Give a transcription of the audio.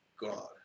God